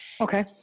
Okay